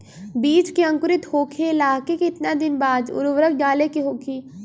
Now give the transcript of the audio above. बिज के अंकुरित होखेला के कितना दिन बाद उर्वरक डाले के होखि?